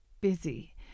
busy